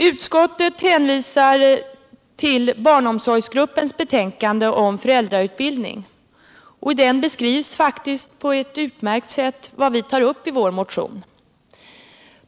Utskottet hänvisar till barnomsorgsgruppens betänkande om föräldrautbildning, och däri beskrivs faktiskt på ett utmärkt sätt vad vi tar upp i vår motion.